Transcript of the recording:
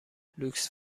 لوکس